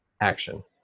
action